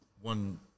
one